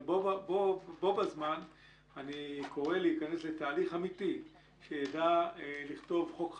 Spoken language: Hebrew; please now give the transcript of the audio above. אבל בו בזמן אני קורא להיכנס לתהליך אמיתי שידע לכתוב חוק חדש,